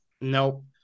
Nope